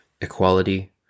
Equality